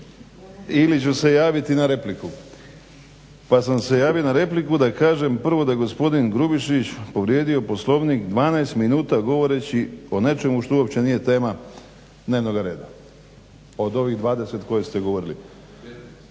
ili ću se javiti na repliku. Pa sam se javio na repliku da kažem prvo da je gospodin Grubišić povrijedio Poslovnik 12 minuta govoreći o nečemu što uopće nije tema dnevnog reda, od ovih 20 koje ste govorili.